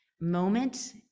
moment